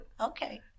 Okay